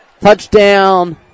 touchdown